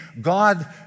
God